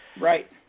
Right